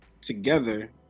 together